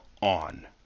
on